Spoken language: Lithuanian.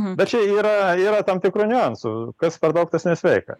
bet čia yra yra tam tikrų niuansų kas per daug tas nesveika